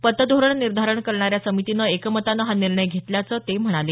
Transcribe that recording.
पतधोरण निर्धारण करणाऱ्या समितीनं एकमतानं हा निर्णय घेतल्याचं ते म्हणाले